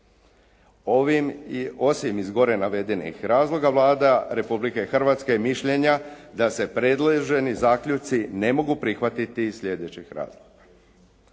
Ovim osim iz gore navedenih razloga Vlada Republike Hrvatske je mišljenja da se predloženi zaključci ne mogu prihvatiti iz sljedećeg razloga.